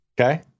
okay